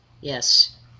Yes